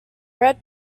bread